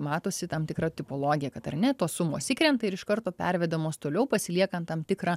matosi tam tikra tipologija kad ar ne tos sumos įkrenta ir iš karto pervedamos toliau pasiliekant tam tikrą